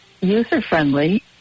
user-friendly